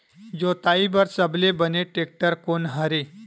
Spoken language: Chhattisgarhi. जोताई बर सबले बने टेक्टर कोन हरे?